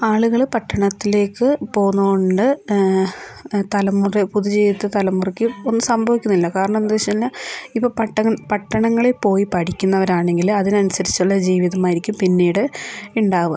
ആളുകള് പട്ടണത്തിലേക്കു പോകുന്നത് കൊണ്ട് തലമുറ പുതുജീവിതത്തിലെ തലമുറക്ക് ഒന്നും സംഭവിക്കുന്നില്ല കാരണം എന്തെന്നുവെച്ചാല് ഇപ്പം പട്ടണ പട്ടണങ്ങളിൽ പോയി പഠിക്കുന്നവരാണെങ്കില് അതിനനുസരിച്ചുള്ള ജീവിതമായിരിക്കും പിന്നീട് ഉണ്ടാവുക